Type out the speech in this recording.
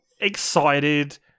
excited